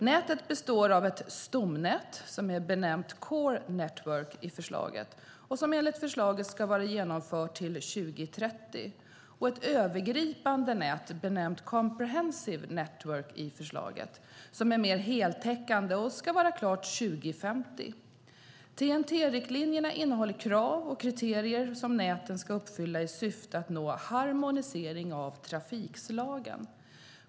Nätet består av ett stomnät, benämnt core network i förslaget, som enligt förslaget ska vara genomfört till 2030 och ett övergripande nät, benämnt comprehensive network i förslaget, som är mer heltäckande och ska vara klart 2050. TEN-T-riktlinjerna innehåller krav och kriterier som näten ska uppfylla i syfte att nå harmonisering av trafikslagen.